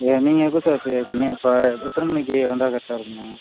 இது நீங்கள் எப்போ சார் ஃப்ரீயாக இருப்பீங்க இப்போ எத்தனை மணிக்கு வந்தால் கரெக்டாக இருக்கும்